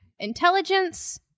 Intelligence